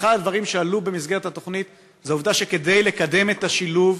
ואחד הדברים שעלו במסגרת התוכנית זה העובדה שכדי לקדם את השילוב,